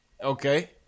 Okay